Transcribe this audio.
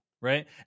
right